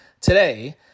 today